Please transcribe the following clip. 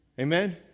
Amen